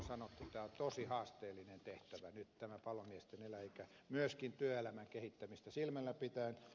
tämä on tosi haasteellinen tehtävä nyt tämä palomiesten eläkeikä myöskin työelämän kehittämistä silmällä pitäen